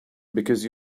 because